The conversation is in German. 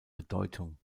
bedeutung